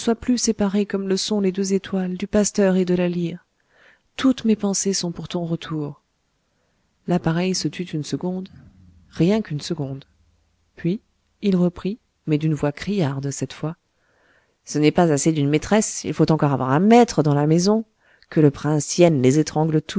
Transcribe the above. plus séparés comme le sont les deux étoiles du pasteur et de la lyre toutes mes pensées sont pour ton retour l'appareil se tut une seconde rien qu'une seconde puis il reprit mais d'une voix criarde cette fois ce n'est pas assez d'une maîtresse il faut encore avoir un maître dans la maison que le prince ien